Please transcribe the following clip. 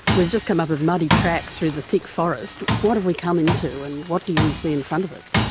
we've just come up a muddy track through the thick forest. what have we come into and what do we see in front of us?